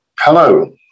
Hello